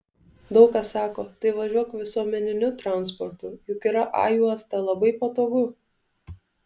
daug kas sako tai važiuok visuomeniniu transportu juk yra a juosta labai patogu